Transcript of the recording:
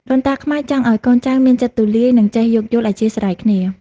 ដូនតាខ្មែរចង់ឱ្យកូនចៅមានចិត្តទូលាយ និងចេះយោគយល់អធ្យាស្រ័យគ្នា។